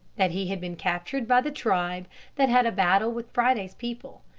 that he had been captured by the tribe that had a battle with friday's people.